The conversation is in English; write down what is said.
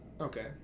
Okay